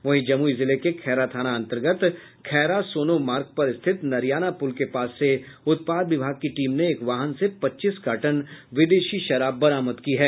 वहीं जमुई जिले के खैरा थाना अंतर्गत खैरा सोनो मार्ग पर स्थित नरियाना पुल के पास से उत्पाद विभाग की टीम ने एक वाहन से पच्चीस कार्टन विदेशी शराब बरामद किया है